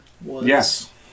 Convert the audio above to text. Yes